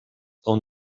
own